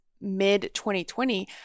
mid-2020